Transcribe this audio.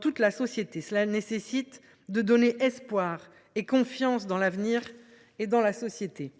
toute la société. Il importe de donner espoir et confiance dans l’avenir et dans la société.